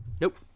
Nope